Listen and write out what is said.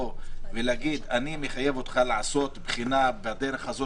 טלפוניים זה משהו שצריך להילקח בשיקול כמקום שפתוח